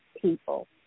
people